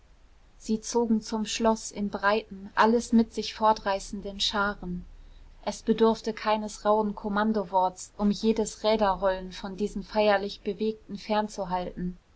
sie zogen zum schloß in breiten alles mit sich fortreißenden scharen es bedurfte keines rauhen kommandoworts um jedes räderrollen von diesen feierlich bewegten